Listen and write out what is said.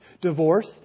Divorce